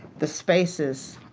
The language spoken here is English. the spaces,